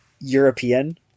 European